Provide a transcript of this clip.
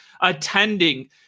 attending